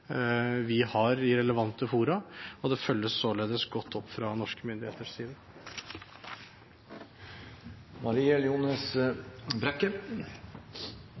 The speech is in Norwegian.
vi har i relevante fora, og det følges således godt opp fra norske myndigheters side.